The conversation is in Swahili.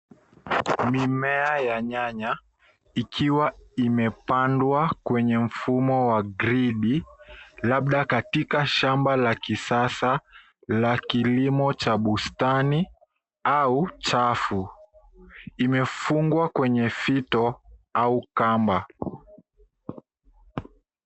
Mimea ya nyanya ikiwa imepandwa kwenye mfumo wa gridi labda katika shamba la kisasa la kilimo cha bustani au chafu. Imefungwa kwenye fito au kamba.